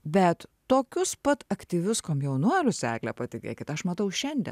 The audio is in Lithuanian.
bet tokius pat aktyvius komjaunuolius egle patikėkit aš matau šiandien